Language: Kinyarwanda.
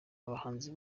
abahanzi